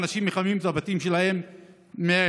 אנשים מחממים את הבתים שלהם בעץ.